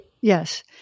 Yes